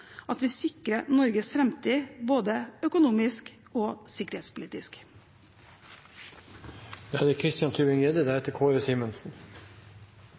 at vi sikrer Norges framtid både økonomisk og